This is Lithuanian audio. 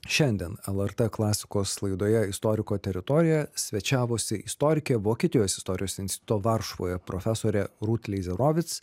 šiandien lrt klasikos laidoje istoriko teritorija svečiavosi istorikė vokietijos istorijos instituto varšuvoje profesorė rūt leizerovic